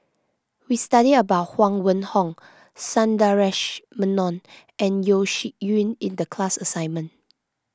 we studied about Huang Wenhong Sundaresh Menon and Yeo Shih Yun in the class assignment